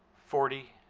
forty.